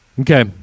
Okay